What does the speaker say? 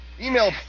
Email